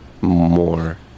more